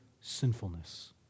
sinfulness